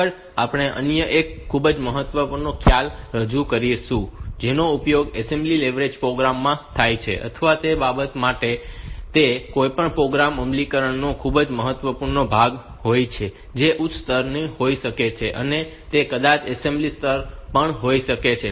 આગળ આપણે અન્ય એક ખૂબ જ મહત્વપૂર્ણ ખ્યાલ રજૂ કરીશું જેનો ઉપયોગ એસેમ્બલી લેંગ્વેજ પ્રોગ્રામ્સ માં થાય છે અથવા તે બાબત માટે તે કોઈપણ પ્રોગ્રામ અમલીકરણનો ખૂબ જ મહત્વપૂર્ણ ભાગ હોય છે જે ઉચ્ચ સ્તરનો હોઈ શકે છે અને તે કદાચ એસેમ્બલી સ્તરનો પણ હોઈ શકે છે